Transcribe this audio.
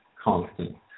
constant